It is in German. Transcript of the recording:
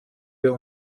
wir